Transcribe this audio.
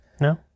No